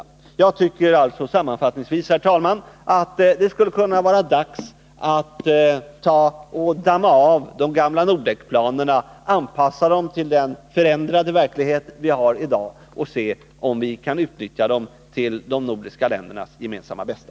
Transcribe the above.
Sammanfattningsvis tycker jag alltså, herr talman, att det skulle kunna vara dags att damma av de gamla Nordekplanerna, anpassa dem till den förändrade verklighet vi har i dag och se om vi kan utnyttja dem för de nordiska ländernas gemensamma bästa.